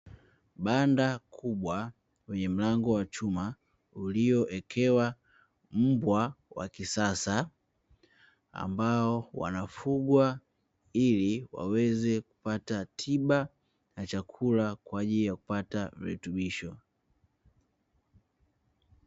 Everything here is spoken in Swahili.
Banda kubwa lenye mlango wa chuma uliowekewa mbwa wa kisasa ambao wanafugwa ili waweze kupata tiba na chakula kwa ajili ya kupata virutubisho.